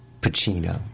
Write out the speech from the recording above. Pacino